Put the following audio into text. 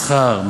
מסחר,